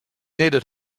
needed